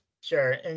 sure